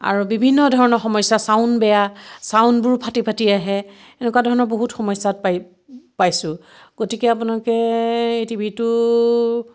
আৰু বিভিন্ন ধৰণৰ সমস্যা ছাউণ্ড বেয়া ছাউণ্ডবোৰ ফাটি ফাটি আহে এনেকুৱা ধৰণৰ বহুত সমস্যাত পাই পাইছোঁ গতিকে আপোনালোকে এই টিভিটো